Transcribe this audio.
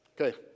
Okay